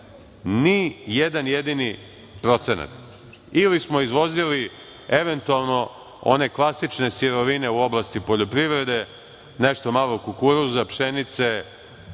mi jedan jedini procenat, ili smo izvozili eventualno one klasične sirovine u oblasti poljoprivede, nešto malo kukuruza, pšenice,